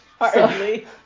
Hardly